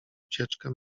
ucieczkę